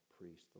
priest